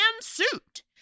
suit